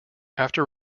after